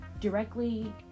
directly